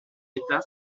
étape